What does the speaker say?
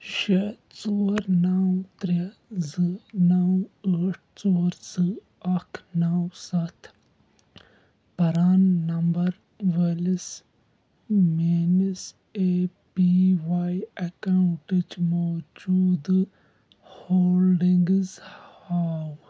شےٚ ژور نَو ترٛےٚ زٕ نَو ٲٹھ ژور زٕ اَکھ نَو سَتھ پران نمبر وٲلِس میٲنِس اے پی واٮٔی اکاؤنٹٕچ موٗجوٗدٕ ہولڈنگز ہاو